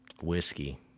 Whiskey